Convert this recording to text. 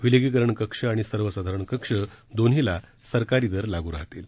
विलगीकरण कक्ष आणि सर्वसाधारण कक्ष दोन्हीला सरकारी दर लागू राहतील